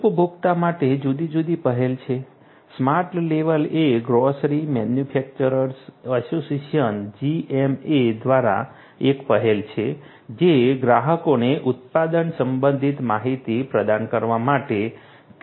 ઉપભોક્તા માટે જુદી જુદી પહેલ છે સ્માર્ટ લેવલ એ ગ્રોસરી મેન્યુફેક્ચરર્સ એસોસિએશન GMA દ્વારા એક પહેલ છે જે ગ્રાહકોને ઉત્પાદન સંબંધિત માહિતી પ્રદાન કરવા માટે QR કોડનો ઉપયોગ કરે છે